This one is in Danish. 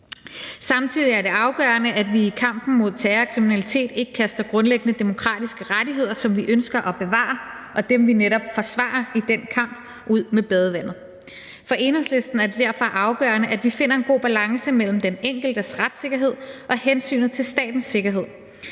Samtidig er det afgørende, at vi i kampen mod terror og kriminalitet ikke kaster grundlæggende demokratiske rettigheder, som vi ønsker at bevare – dem, vi netop forsvarer i den kamp – ud med badevandet. For Enhedslisten er det derfor afgørende, at vi finder en god balance mellem den enkeltes retssikkerhed og hensynet til statens sikkerhed.